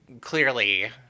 clearly